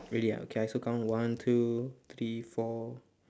really ah okay I also count one two three four